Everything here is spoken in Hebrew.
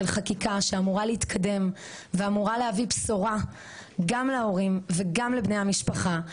של חקיקה שאמורה להתקדם ואמורה להביא בשורה גם להורים וגם לבני המשפחה.